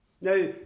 Now